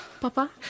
Papa